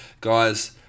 guys